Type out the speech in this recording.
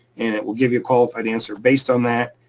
and it will give you a qualified answer based on that.